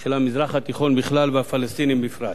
של המזרח התיכון בכלל והפלסטינים בפרט.